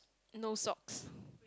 no socks